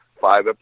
five